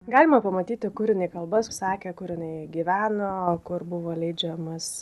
galima pamatyti kur jinai kalbas sakė kur jinai gyveno kur buvo leidžiamas